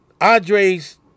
Andres